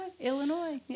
Illinois